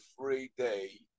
everyday